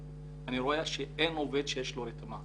אני רואה שאין עובד שיש לו רתמה,